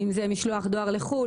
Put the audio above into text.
אם זה משלוח דואר לחו"ל,